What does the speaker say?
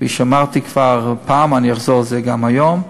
כפי שאמרתי כבר פעם, אני אחזור על זה גם היום: